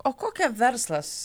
o kokia verslas